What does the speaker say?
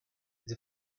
with